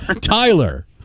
Tyler